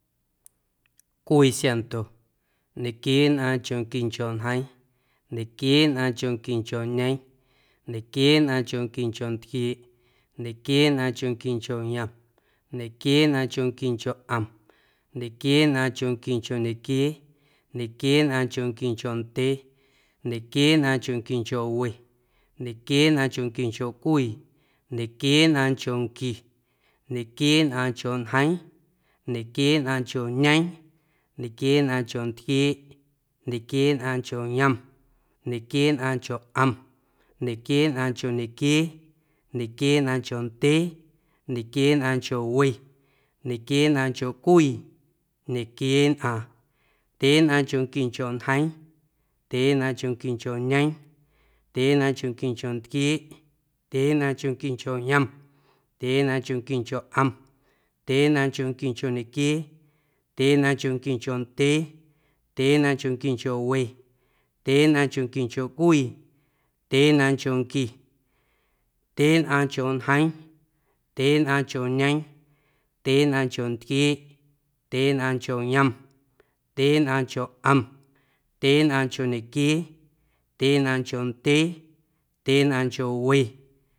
Cwii siaⁿnto, ñequieenꞌaaⁿnchonquincho ñjeeⁿ, ñequieenꞌaaⁿnchonquincho ñeeⁿ, ñequieenꞌaaⁿnchonquincho ntquieeꞌ, ñequieenꞌaaⁿnchonquincho yom, ñequieenꞌaaⁿnchonquincho ꞌom, ñequieenꞌaaⁿnchonquincho ñequiee, ñequieenꞌaaⁿnchonquincho ndyee, ñequieenꞌaaⁿnchonquincho we, ñequieenꞌaaⁿnchonquincho cwii, ñequieenꞌaaⁿnchonqui, ñequieenꞌaaⁿncho ñjeeⁿ, ñequieenꞌaaⁿncho ñeeⁿ, ñequieenꞌaaⁿncho ntquieeꞌ, ñequieenꞌaaⁿncho yom, ñequieenꞌaaⁿncho ꞌom, ñequieenꞌaaⁿncho ñequiee, ñequieenꞌaaⁿncho ndyee, ñequieenꞌaaⁿncho we, ñequieenꞌaaⁿncho cwii, ñequieenꞌaaⁿ, ndyeenꞌaaⁿnchonquincho ñjeeⁿ, ndyeenꞌaaⁿnchonquincho ñeeⁿ, ndyeenꞌaaⁿnchonquincho ntquieeꞌ, ndyeenꞌaaⁿnchonquincho yom, ndyeenꞌaaⁿnchonquincho ꞌom, ndyeenꞌaaⁿnchonquincho ñequiee, ndyeenꞌaaⁿnchonquincho ndyee, ndyeenꞌaaⁿnchonquincho we, ndyeenꞌaaⁿnchonquincho cwii, ndyeenꞌaaⁿnchonqui, ndyeenꞌaaⁿncho ñjeeⁿ, ndyeenꞌaaⁿncho ñeeⁿ, ndyeenꞌaaⁿncho ntquieeꞌ, ndyeenꞌaaⁿncho yom, ndyeenꞌaaⁿncho ꞌom, ndyeenꞌaaⁿncho ñequiee, ndyeenꞌaaⁿncho ndyee, ndyeenꞌaaⁿncho we.